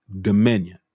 dominion